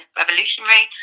revolutionary